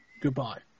goodbye